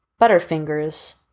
butterfingers